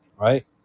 right